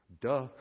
Duh